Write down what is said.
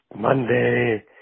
Monday